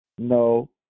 No